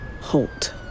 halt